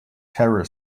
terror